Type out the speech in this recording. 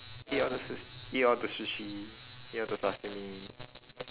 eat all the sush~ eat all the sushi eat all the sashimi